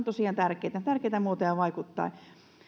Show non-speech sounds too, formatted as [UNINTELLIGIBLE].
[UNINTELLIGIBLE] tosiaan tärkeitä tärkeitä muotoja vaikuttaa